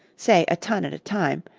say a ton at a time,